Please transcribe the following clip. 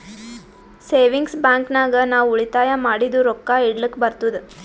savings bank ನಾಗ್ ನಾವ್ ಉಳಿತಾಯ ಮಾಡಿದು ರೊಕ್ಕಾ ಇಡ್ಲಕ್ ಬರ್ತುದ್